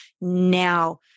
now